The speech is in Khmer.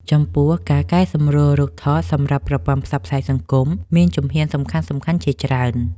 ចំពោះ ការកែសម្រួលរូបថតសម្រាប់ប្រព័ន្ធផ្សព្វផ្សាយសង្គមមានជំហ៊ានសំខាន់ៗជាច្រើន។